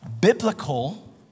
Biblical